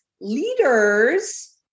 leaders